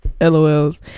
LOLs